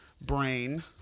brain